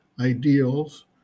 ideals